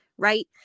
right